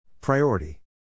Priority